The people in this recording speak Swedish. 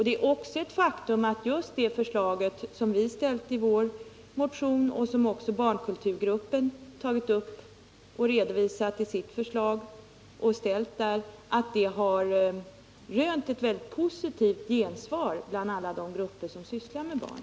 Det är också ett faktum att just det förslag som vi ställt i vår motion och som även barnkulturgruppen tagit upp och framställt i sitt förslag har rönt ett mycket positivt gensvar bland alla de grupper som sysslar med barn.